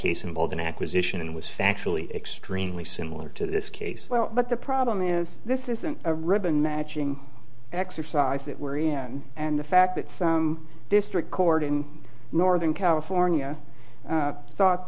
case involved an acquisition was factually extremely similar to this case well but the problem is this isn't a ribbon matching exercise that we're in and the fact that some district court in northern california thought